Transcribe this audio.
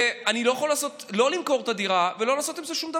ואני לא יכול לא למכור את הדירה ולא לעשות עם זה שום דבר.